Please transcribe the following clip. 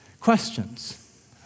questions